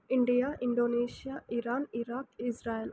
India Indonesia Iran Iraq Israel